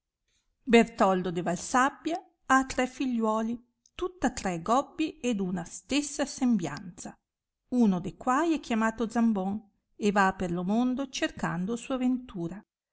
bertoldo di valsabbia ha tre figliuoli tutta tre gobbi e d'una stessa sembianza uno de quai é chiamato zambon e va per lo mondo cercando sua ventura